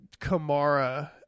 Kamara